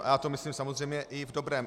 Já to myslím samozřejmě i v dobrém.